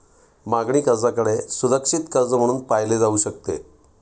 मागणी कर्जाकडे सुरक्षित कर्ज म्हणून पाहिले जाऊ शकते